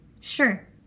Sure